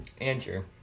Andrew